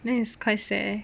then it's quite sad eh